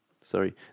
Sorry